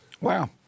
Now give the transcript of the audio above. Wow